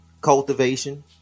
cultivation